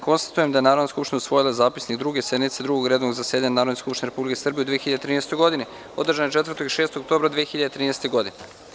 Konstatujem da je Narodna skupština usvojila Zapisnik Druge sednice Drugog redovnog zasedanja Narodne skupštine Republike Srbije u 2013. godini, održane 4. i 6. oktobra 2013. godine.